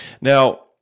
Now